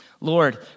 Lord